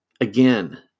again